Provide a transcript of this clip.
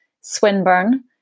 Swinburne